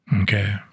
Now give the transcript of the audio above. Okay